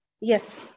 Yes